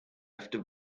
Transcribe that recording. after